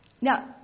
Now